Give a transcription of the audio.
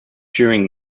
during